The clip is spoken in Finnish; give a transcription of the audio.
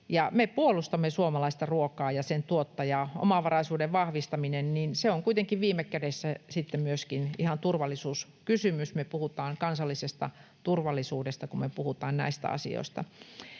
Me puolustamme suomalaista ruokaa ja sen tuottajaa. Omavaraisuuden vahvistaminen on kuitenkin viime kädessä myöskin ihan turvallisuuskysymys. Me puhutaan kansallisesta turvallisuudesta, kun me puhutaan näistä asioista.